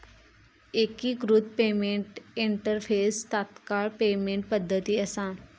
एकिकृत payment interface तात्काळ payment पद्धती असा